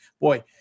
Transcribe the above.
Boy